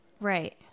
Right